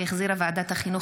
שהחזירה ועדת החינוך,